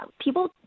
people